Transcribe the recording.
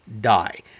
die